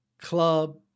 club